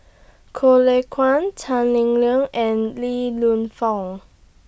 Lay Kuan Tan Lim Leng and Li Fung